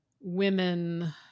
women